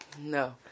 No